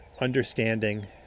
understanding